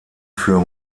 für